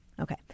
Okay